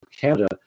Canada